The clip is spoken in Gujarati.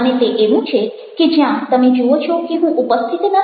અને તે એવું છે કે જ્યાં તમે જુઓ છો કે હું ઉપસ્થિત નથી